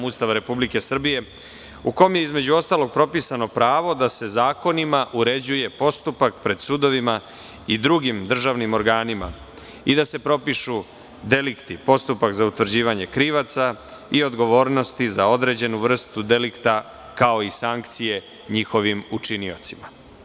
Ustava Republike Srbije u kom je između ostalog propisano pravo da se zakonima uređuje postupak pred sudovima i drugim državnim organima i da se propišu delikti, postupak za utvrđivanje krivaca i odgovornosti za određenu vrstu delikta, kao i sankcije njihovim učiniocima.